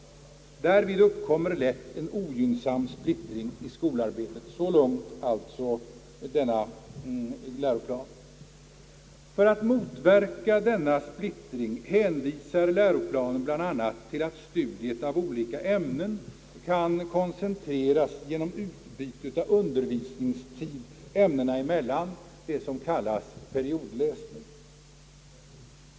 Därvid uppkommer lätt en ogynnsam splittring i skolarbetet.» För att motverka denna splittring hänvisar läroplanen bl.a. till att studiet av olika ämnen kan koncentreras genom utbyte av undervisningstid ämnen emellan, s.k. periodläsning.